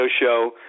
show